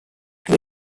grew